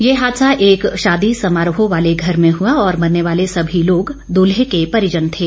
ये हादसा एक शादी समारोह वाले घर में हुआ और मरने वाले सभी लोग दूल्हे के परिजन थे